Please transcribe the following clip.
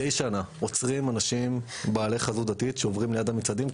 מדי שנה עוצרים אנשים בעלי חזות דתית שעוברים ליד המצעדים,